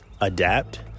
adapt